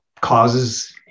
causes